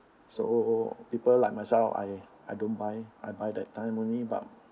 so people like myself I I don't buy I buy that time only but